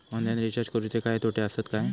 Online recharge करुचे काय तोटे आसत काय?